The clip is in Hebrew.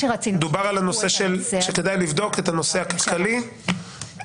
דובר על כך שכדאי לבדוק את הנושא הכלכלי גם